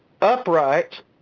upright